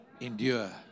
endure